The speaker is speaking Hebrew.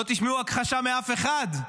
לא תשמעו הכחשה מאף אחד.